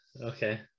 Okay